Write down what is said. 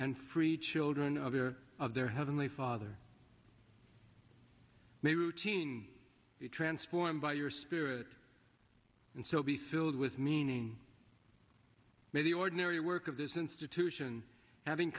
and free children of their of their heavenly father a routine be transformed by your spirit and so be filled with meaning maybe ordinary work of this institution having